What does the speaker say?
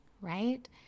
right